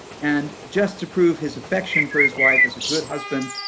and just to prove his affection for his wife as a good husband,